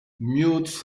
mutes